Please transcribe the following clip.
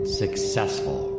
successful